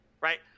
right